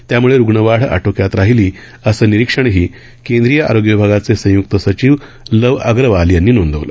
त्यामुळे रुग्ण वाढ आटोक्यात राहिली असं निरीक्षणही केंद्रीय आरोग्य विभागाचे संयुक्त सचिव लव अग्रवाल यांनी नोंदवलं